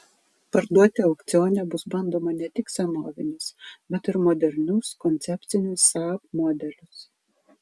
parduoti aukcione bus bandoma ne tik senovinius bet ir modernius koncepcinius saab modelius